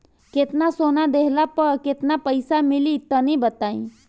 केतना सोना देहला पर केतना पईसा मिली तनि बताई?